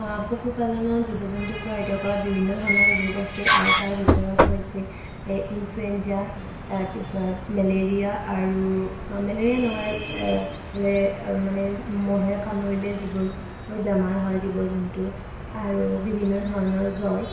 পশুপালনত জীৱ জন্তুক প্ৰভাৱিত কৰা বিভিন্ন ধৰণৰ ৰোগ আছে আৰু তাৰ ভিতৰত হৈছে এ ইনফ্লুৱেঞ্জা তাৰপিছত মেলেৰিয়া আৰু আ মেলেৰিয়া নহয় এ মানে মহে কামুৰিলে যিবোৰ বেমাৰ হয় জীৱ জন্তুৰ আৰু বিভিন্ন ধৰণৰ জ্বৰ